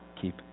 keep